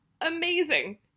amazing